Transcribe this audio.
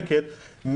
לנו כסף, נעשה.